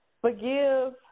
forgive